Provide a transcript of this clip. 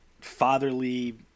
fatherly